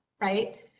right